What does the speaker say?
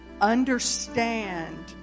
understand